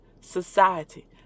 Society